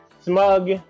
smug